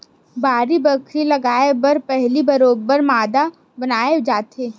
बाड़ी बखरी लगाय बर पहिली बरोबर मांदा बनाए जाथे